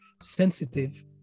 sensitive